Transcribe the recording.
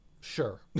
Sure